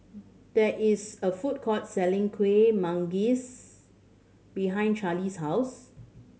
there is a food court selling Kueh Manggis behind Carlie's house